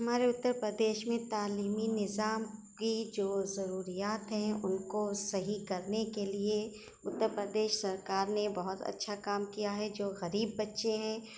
ہمارے اترپردیش میں تعلیمی نظام کی جو ضروریات ہے ان کو صحیح کرنے کے لیے اترپردیش سرکار نے بہت اچھا کام کیا ہے جو غریب بچے ہیں